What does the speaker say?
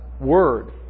word